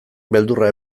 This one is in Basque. beldurra